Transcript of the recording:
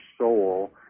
soul